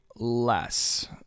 less